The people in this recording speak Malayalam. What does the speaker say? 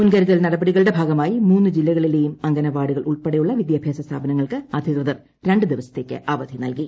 മുൻകിരുതൽ നടപടികളുടെ ഭാഗമായി മൂന്ന് ജില്ലകളിലെയും അങ്കനവുടികൾ ഉൾപ്പെടെയുള്ള വിദ്യാഭ്യാസ സ്ഥാപനങ്ങൾക്ക് അധിക്ടുതുർ രണ്ട് ദിവസത്തേയ്ക്ക് അവധി നൽകി